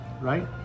right